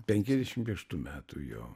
penkiasdešim šeštų metų jo